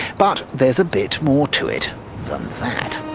but there's a bit more to it than that.